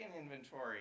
inventory